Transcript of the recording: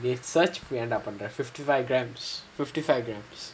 if carbohydrates we should be under fifty five grammes fifty five grammes